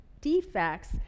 defects